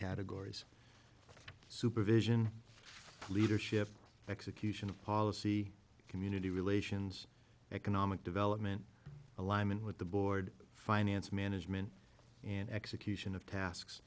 categories supervision leadership execution of policy community relations economic development alignment with the board finance management and execution of tasks